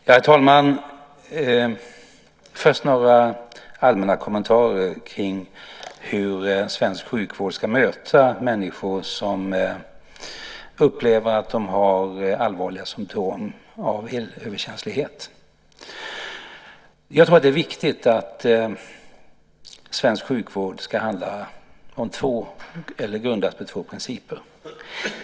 Herr talman! Låt mig först ge några allmänna kommentarer till hur svensk sjukvård ska bemöta människor som upplever att de har allvarliga symtom på elöverkänslighet. Det är viktigt att svensk sjukvård grundas på två principer.